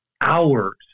hours